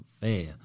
fair